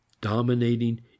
Dominating